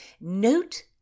note